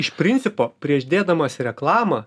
iš principo prieš dėdamas reklamą